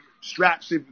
straps